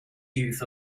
youth